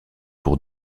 pour